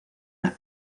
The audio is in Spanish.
las